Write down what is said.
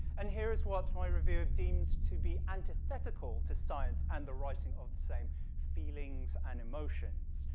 and here is what my review deems to be antithetical to science and the writing of the same feelings and emotions.